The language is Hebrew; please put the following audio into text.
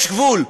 יש גבול.